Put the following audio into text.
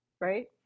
right